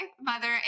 mother